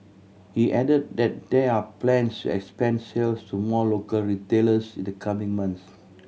he added that there are plans to expand sales to more local retailers in the coming months